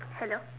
hello